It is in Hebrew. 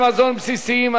התשס"ט 2009,